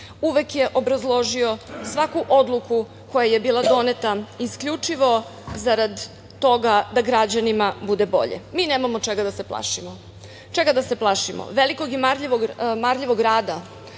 uvek je obrazložio svaku odluku koja je bila doneta isključivo zarad toga da građanima bude bolje. Mi nemamo čega da se plašimo. Čega da se plašimo? Velikog i marljivog rada?